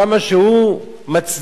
כמה שהוא מצדיק